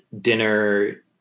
dinner